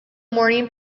morning